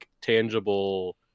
tangible